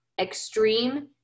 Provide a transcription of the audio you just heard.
extreme